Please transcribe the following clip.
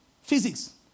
physics